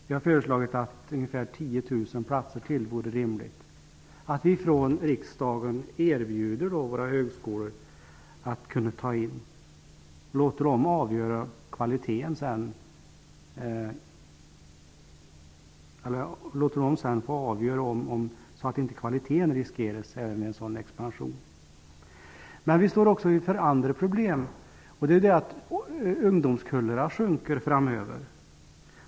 Vi har föreslagit att ungefär 10 000 platser till vore rimligt att vi från riksdagen erbjuder våra högskolor. Sedan låter vi dem avgöra så att inte kvaliteten riskeras vid en sådan expansion. Vi står också inför andra problem. Ungdomskullarna minskar framöver.